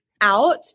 out